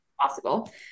possible